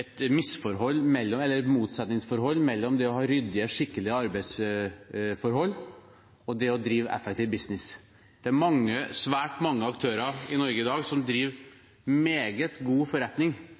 et motsetningsforhold mellom det å ha ryddige, skikkelige arbeidsforhold og det å drive effektiv business. Det er svært mange aktører i Norge i dag som driver meget god forretning